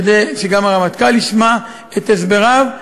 כדי שגם הרמטכ"ל ישמע את הסבריו.